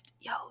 yo